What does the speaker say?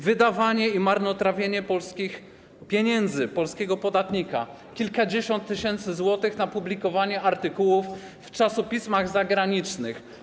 Wydawanie i marnotrawienie polskich pieniędzy, polskiego podatnika, kilkadziesiąt tysięcy złotych na publikowanie artykułów w czasopismach zagranicznych.